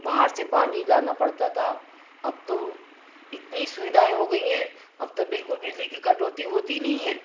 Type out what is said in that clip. बाहर से पानी लाना पड़ता था अब तो इतनी सुविधाएँ हो गई है अब तो बिलकुल बिजली की कटौती होती नहीं है